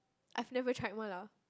I've never tried one lah